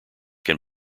can